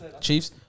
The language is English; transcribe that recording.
Chiefs